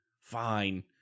Fine